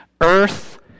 Earth